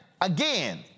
again